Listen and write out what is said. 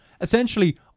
essentially